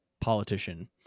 politician